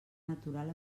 natural